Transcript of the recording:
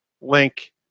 Link